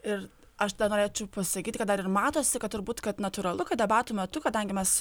ir aš norėčiau pasakyti kad dar ir matosi kad turbūt kad natūralu kad debatų metu kadangi mes